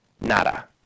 Nada